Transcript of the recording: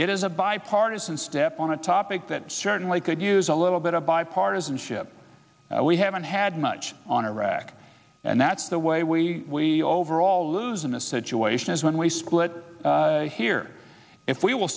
it is a bipartisan step on a topic that certainly could use a little bit of bipartisanship we haven't had much on iraq and that's the way we overall lose in a situation is when we split here if we will